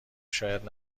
شاید